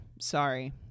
sorry